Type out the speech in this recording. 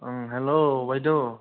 ओं हेल' बायद'